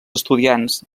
estudiants